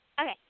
Okay